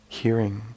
hearing